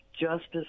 justice